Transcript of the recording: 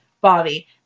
bobby